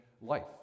life